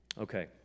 Okay